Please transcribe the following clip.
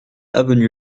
avenue